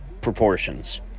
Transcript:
proportions